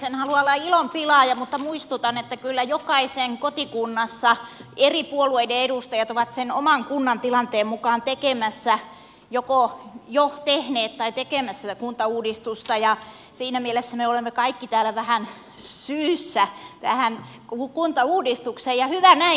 en halua olla ilonpilaaja mutta muistutan että kyllä jokaisen kotikunnassa eri puolueiden edustajat ovat sen oman kunnan tilanteen mukaan tekemässä joko jo tehneet tai tekemässä tätä kuntauudistusta ja siinä mielessä me olemme kaikki täällä vähän syyssä tähän kuntauudistukseen ja hyvä näin